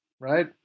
right